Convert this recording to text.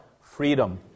Freedom